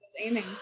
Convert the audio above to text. aiming